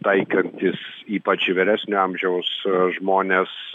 taikantis ypač į vyresnio amžiaus žmones